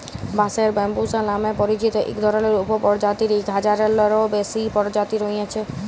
বাঁশের ব্যম্বুসা লামে পরিচিত ইক ধরলের উপপরজাতির ইক হাজারলেরও বেশি পরজাতি রঁয়েছে